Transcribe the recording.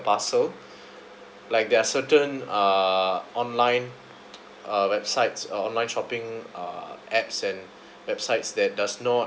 parcel like there are certain uh online uh websites uh online shopping uh apps and websites that does not